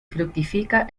fructifica